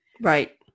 Right